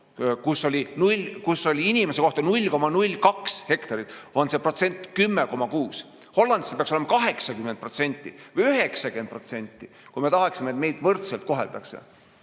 kus oli inimese kohta 0,02 hektarit, on see protsent 10,6. Hollandis peaks see olema 80% või 90%, kui me tahaksime, et meid võrdselt koheldakse.